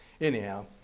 anyhow